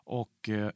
och